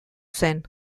zen